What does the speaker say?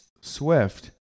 Swift